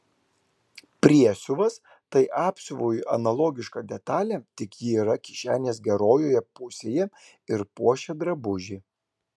priesiuvas tai apsiuvui analogiška detalė tik ji yra kišenės gerojoje pusėje ir puošia drabužį